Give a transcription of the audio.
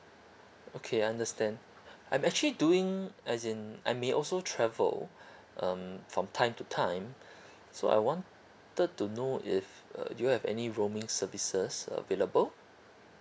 okay understand I'm actually doing as in I may also travel um from time to time so I wanted to know if uh do you have any roaming services available